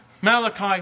Malachi